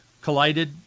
collided